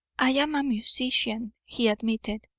i am a musician he admitted,